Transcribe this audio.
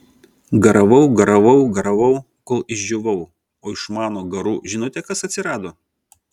garavau garavau garavau kol išdžiūvau o iš mano garų žinote kas atsirado